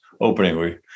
opening